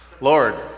Lord